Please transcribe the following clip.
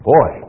Boy